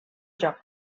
joc